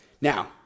now